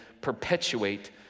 perpetuate